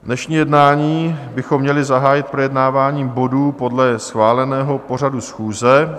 Dnešní jednání bychom měli zahájit projednáváním bodů podle schváleného pořadu schůze.